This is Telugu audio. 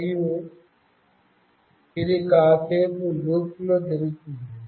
మరియు ఇది వైల్ లూప్లో జరుగుతోంది